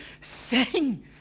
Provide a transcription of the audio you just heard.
sing